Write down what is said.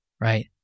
right